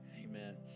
Amen